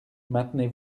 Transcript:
maintenez